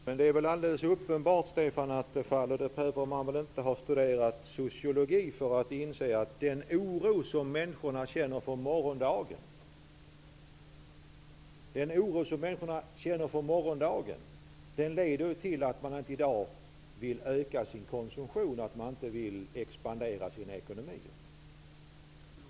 Herr talman! Man behöver inte ha studerat sociologi för att inse att den oro människor känner inför morgondagen leder till att de i dag inte vill öka sin konsumtion och att de inte vill expandera sin ekonomi. Det måste vara uppenbart för Stefan Attefall.